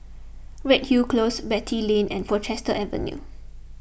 Redhill Close Beatty Lane and Portchester Avenue